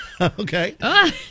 Okay